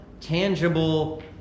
tangible